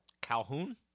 Calhoun